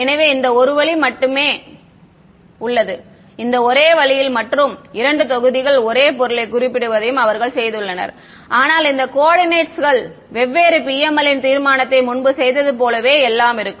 எனவே இந்த ஒரு வழி மற்றும் இந்த ஒரே வழியில் மற்றும் இரண்டு தொகுதிகள் ஒரே பொருளைக் குறிப்பிடுவதையும் அவர்கள் செய்துள்ளனர் ஆனால் இந்த கோஆர்டினேட்ஸ்கள் வெவ்வேறு PML ன் தீர்மானத்தை முன்பு செய்ததை போலவே எல்லாம் இருக்கும்